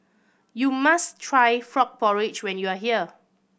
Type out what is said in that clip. you must try frog porridge when you are here